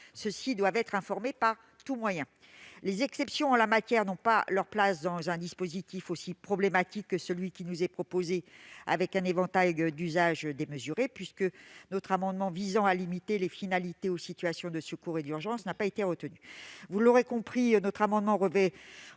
ceux-ci doivent en être informés par tout moyen. Les exceptions en la matière n'ont pas leur place dans un dispositif aussi problématique que celui qui nous est proposé, avec un éventail d'usages démesuré, puisque notre amendement visant à limiter les finalités aux situations de secours et d'urgence n'a pas été retenu. Vous l'aurez compris, cet amendement revêt